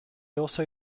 also